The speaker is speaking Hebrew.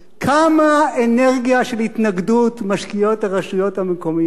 כמה אנרגיה של התנגדות משקיעות הרשויות המקומיות